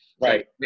Right